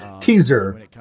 Teaser